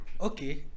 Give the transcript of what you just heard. okay